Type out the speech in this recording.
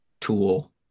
tool